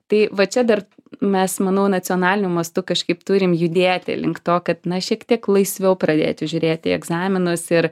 tai va čia dar mes manau nacionaliniu mastu kažkaip turim judėti link to kad na šiek tiek laisviau pradėti žiūrėti į egzaminus ir